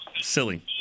silly